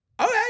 okay